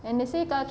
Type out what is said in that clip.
and they say kalau